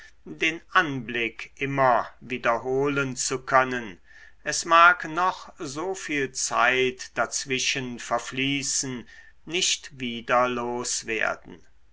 den anblick immer wiederholen zu können es mag noch so viel zeit dazwischen verfließen nicht wieder loswerden